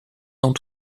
dans